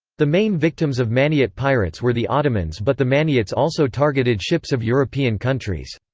the main victims of maniot pirates were the ottomans but the maniots also targeted ships of european countries.